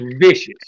vicious